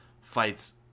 fights